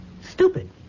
Stupid